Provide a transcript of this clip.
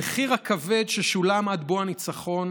המחיר הכבד ששולם עד בוא הניצחון